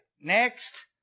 Next